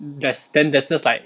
there's then there's just like